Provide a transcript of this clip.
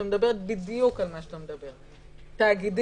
שמדברת בדיוק על מה שאתה מדבר: תאגידים,